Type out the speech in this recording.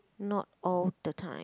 not all the time